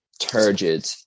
turgid